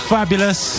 Fabulous